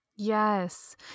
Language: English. Yes